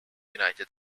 united